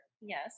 Yes